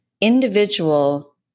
individual